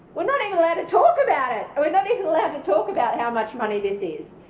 we're not even allowed to talk about it. we're not even allowed to talk about how much money this is.